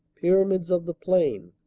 pyra mids of the plain.